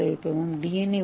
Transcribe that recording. ஏ nano தொழில்நுட்பமும் D